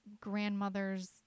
grandmother's